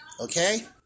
Okay